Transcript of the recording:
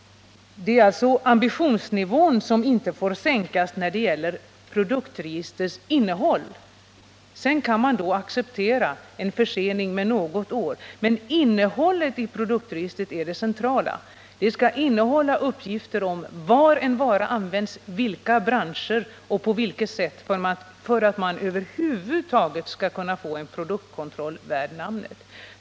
Ambitionsnivån får alltså inte sänkas när det gäller produktregistrens innehåll. Man kan acceptera en försening på något år, men innehållet i produktregistret är det väsentliga. Det skall innehålla uppgifter om inom vilka branscher en vara används och på vilket sätt den används, för att man över huvud taget skall kunna få en produktkontroll värd namnet.